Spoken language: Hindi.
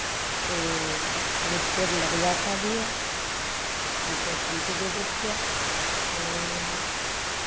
तो बहुत पेड़ लग जाता भी है कीचड़ पनकी देती है वह